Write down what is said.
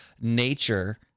nature